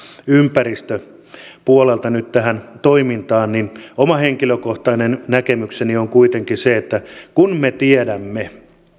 ympäristöpuolelta nyt tähän toimintaan niin oma henkilökohtainen näkemykseni on kuitenkin se että kun me tiedämme